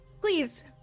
please